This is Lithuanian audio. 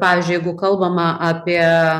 pavyzdžiui jeigu kalbama apie